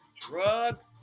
drug